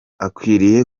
akwiriye